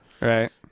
Right